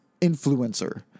influencer